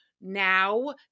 now